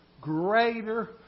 greater